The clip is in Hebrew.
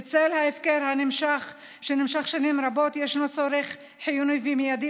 בצל ההפקר שנמשך שנים ישנו צורך חיוני ומיידי